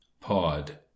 pod